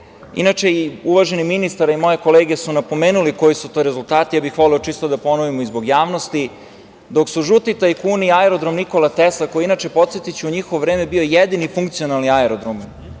govorimo. Uvaženi ministar i moje kolege su napomenuli koji su to rezultati, ja bih voleo čisto da ponovimo i zbog javnosti. Dok su žuti tajkuni Aerodrom „Nikola Tesla“, koji je inače, podsetiću, u njihovo vreme bio jedini funkcionalni aerodrom,